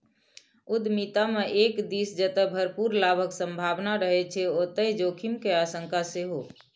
उद्यमिता मे एक दिस जतय भरपूर लाभक संभावना रहै छै, ओतहि जोखिम के आशंका सेहो